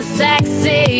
sexy